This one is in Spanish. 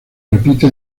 repite